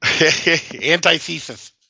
antithesis